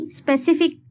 specific